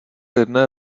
jedné